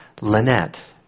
Lynette